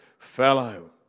fellow